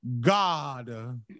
god